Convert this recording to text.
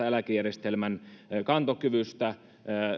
eläkejärjestelmän kantokyvystä